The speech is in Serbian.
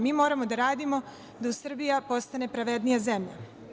Mi moramo da radimo da Srbija postane pravednija zemlja.